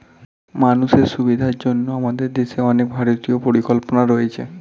মানুষের সুবিধার জন্য আমাদের দেশে অনেক ভারতীয় পরিকল্পনা রয়েছে